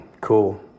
Cool